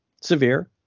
severe